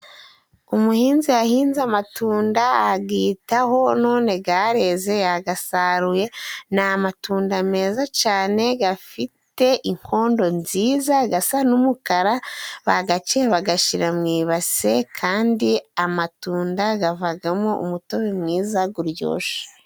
umuhinzi yahinze amatunda agitaho none gareze. Yagasaruye ni amatunda meza cane gafite inkondo nziza gasa n'umukara, bagaciye bagashyira mw'ibase, kandi amatunda gavagamo umutobe mwiza guryoshe.